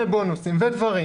בונוסים וכולי,